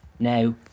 Now